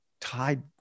tied